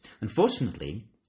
Unfortunately